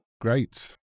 great